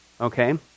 Okay